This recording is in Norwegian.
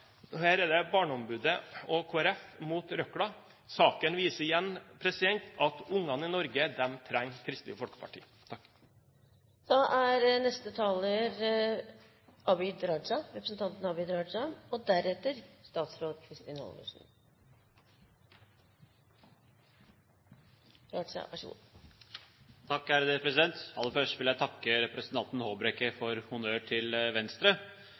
Her er det Barneombudet og Kristelig Folkeparti mot røkla. Saken viser igjen at barn i Norge trenger Kristelig Folkeparti. Representanten Øyvind Håbrekke har tatt opp de forslagene han refererte til. Aller først vil jeg takke representanten Håbrekke for å gi honnør til Venstre.